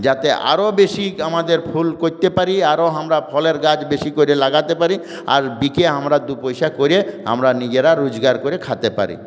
যাতে আরো বেশি আমাদের ফুল করতে পারি আরো আমরা ফলের গাছ বেশি করে লাগাতে পারি আর বিকে আমরা দু পয়সা করে আমরা নিজেরা রোজগার করে খেতে পারি